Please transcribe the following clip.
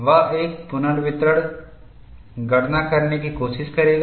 वह एक पुनर्वितरण गणना करने की कोशिश करेगा